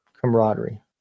camaraderie